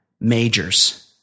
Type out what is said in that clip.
majors